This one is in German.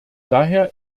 daher